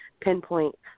pinpoint